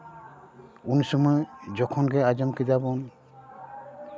ᱩᱱ ᱥᱚᱢᱚᱭ ᱡᱚᱠᱷᱚᱱ ᱜᱮ ᱟᱸᱡᱚᱢ ᱠᱮᱫᱟ ᱵᱚᱱ